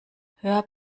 hört